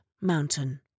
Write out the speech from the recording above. mountain